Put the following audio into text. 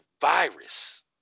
virus